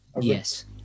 yes